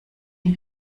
die